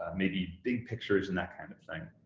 maybe big pictures and that kind of thing.